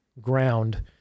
ground